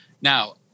Now